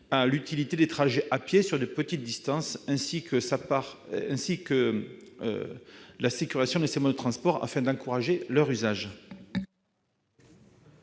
à l'utilité des trajets à pied sur de petites distances, ainsi qu'à la sécurisation de ces modes de transport, afin d'encourager leur usage.